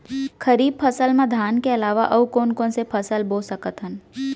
खरीफ फसल मा धान के अलावा अऊ कोन कोन से फसल बो सकत हन?